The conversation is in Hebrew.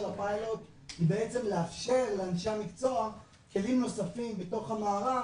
הפיילוט היא בעצם לאפשר לאנשי המקצוע כלים נוספים בתוך המערך,